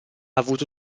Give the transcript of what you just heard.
avuto